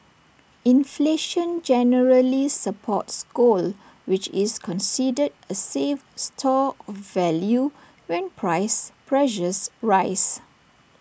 inflation generally supports gold which is considered A safe store of value when price pressures rise